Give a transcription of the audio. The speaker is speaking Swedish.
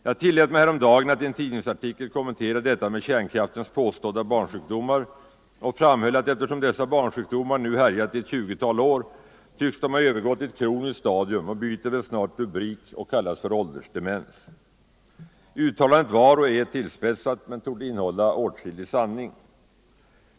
Jag tillät mig häromdagen att i en tidningsartikel kommentera detta med kärnkraftverkens påstådda barnsjukdomar och framhöll att eftersom dessa barnsjukdomar nu härjat i ett tjugotal år tycks de ha övergått i ett kroniskt stadium och byter väl snart rubrik och kallas åldersdemens. Uttalandet var och är tillspetsat men torde innehålla åtskillig sanning.